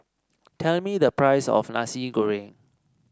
tell me the price of Nasi Goreng